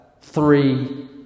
three